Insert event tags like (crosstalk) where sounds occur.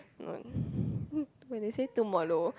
(breath) when they say tomollow